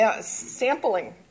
sampling